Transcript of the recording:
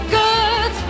good